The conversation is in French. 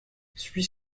suis